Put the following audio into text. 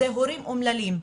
זה הורים אומללים.